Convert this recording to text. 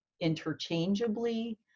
interchangeably